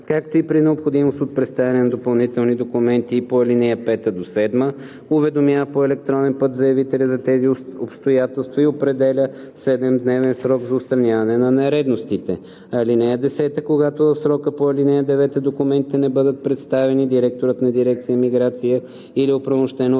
както и при необходимост от представяне на допълнителни документи по ал. 5 – 7 уведомява по електронен път заявителя за тези обстоятелства и определя 7-дневен срок за отстраняване на нередовностите. (10) Когато в срока по ал. 9 документите не бъдат представени, директорът на дирекция „Миграция“ или оправомощено от него